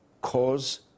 cause